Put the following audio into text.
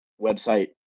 website